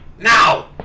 Now